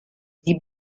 sie